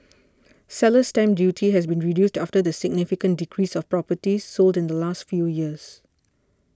seller's stamp duty has been reduced after the significant decrease of properties sold in the last few years